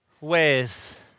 ways